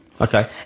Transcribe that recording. Okay